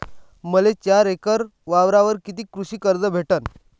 मले चार एकर वावरावर कितीक कृषी कर्ज भेटन?